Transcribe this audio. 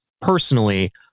personally